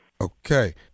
Okay